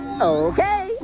okay